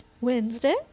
Wednesday